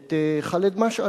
את ח'אלד משעל